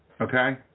Okay